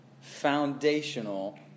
foundational